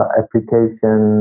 application